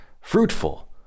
fruitful